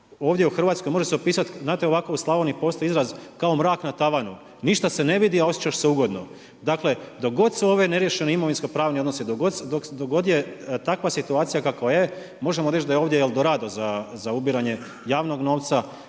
ovdje u Hrvatskoj može se opisati, u Slavoniji postoji izraz kao mrak na tavanu, ništa se ne vidi, osjećaš se ugodno. Dakle dok god su neriješeni imovinskopravni odnosi dok god je takva situacija kakva je možemo reći da je ovdje EL Dorado za ubiranje javnog novca